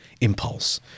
impulse